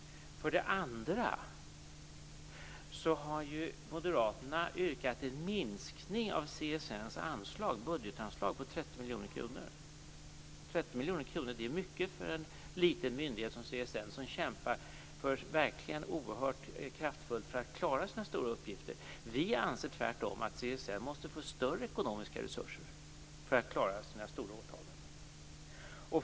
För det andra har moderaterna yrkat på en minskning av CSN:s budgetanslag med 30 miljoner kronor. Detta är mycket för en liten myndighet som CSN, som verkligen kämpar oerhört kraftfullt för att klara sina stora uppgifter. Vi anser tvärtom att CSN måste få större ekonomiska resurser för att klara sina stora åtaganden.